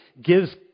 gives